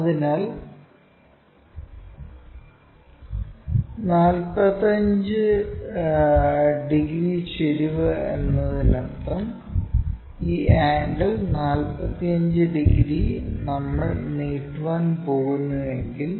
അതിനാൽ 45 ഡിഗ്രി ചെരിവ് എന്നതിനർത്ഥം ഈ ആംഗിൾ 45 ഡിഗ്രി നമ്മൾ നീട്ടാൻ പോകുന്നുവെങ്കിൽ